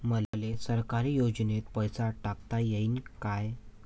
मले सरकारी योजतेन पैसा टाकता येईन काय?